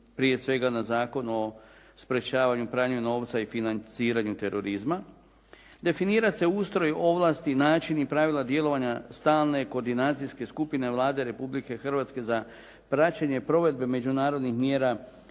prije svega na Zakon o sprječavanju pranja novca i financiranju terorizma. Definira se ustroj ovlasti, način i pravila djelovanja stalne koordinacijske skupine Vlade Republike Hrvatske za praćenje provedbe međunarodnih mjera